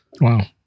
Wow